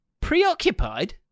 Preoccupied